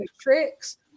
tricks